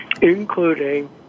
including